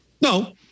no